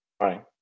right